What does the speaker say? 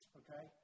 okay